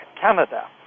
Canada